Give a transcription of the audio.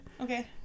okay